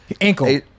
ankle